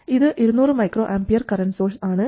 ഇത് 200 µA current source ആണ്